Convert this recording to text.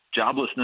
joblessness